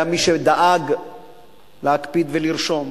היה מי שדאג להקפיד ולרשום